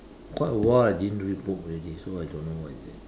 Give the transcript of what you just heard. quite a while I didn't read book already so I don't know what is it